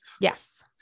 Yes